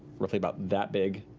roughly about that big.